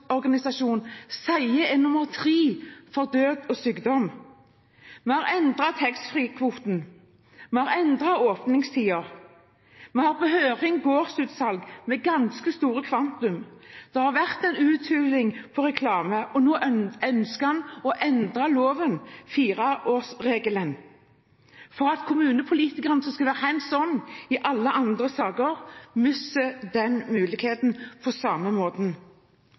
sier er nummer tre for død og sykdom. Vi har endret taxfree-kvoten. Vi har endret åpningstider. Vi har på høring gårdsutsalg med ganske store kvanta. Det har vært en uthuling for reklame. Og nå ønsker en å endre loven, fireårsregelen, for at kommunepolitikerne som skal være hands-on i alle andre saker, skal miste den muligheten.